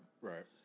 Right